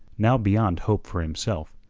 now beyond hope for himself,